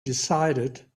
decided